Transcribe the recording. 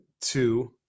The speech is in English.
two